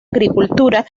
agricultura